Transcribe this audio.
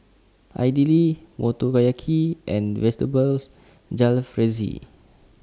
Idili Motoyaki and Vegetables Jalfrezi